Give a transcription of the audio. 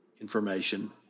information